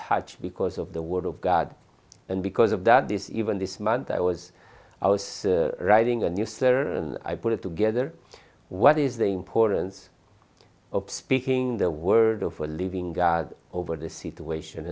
touched because of the word of god and because of that this even this month i was i was writing a new server and i put it together what is the importance of speaking the word of a living god over the situation